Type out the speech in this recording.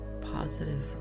positive